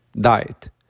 diet